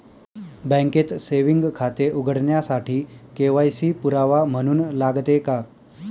बँकेत सेविंग खाते उघडण्यासाठी के.वाय.सी पुरावा म्हणून लागते का?